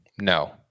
no